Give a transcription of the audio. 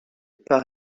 par